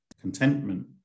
contentment